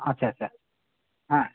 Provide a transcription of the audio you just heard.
আচ্ছা আচ্ছা হ্যাঁ